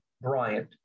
Bryant